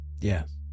yes